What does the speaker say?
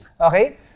okay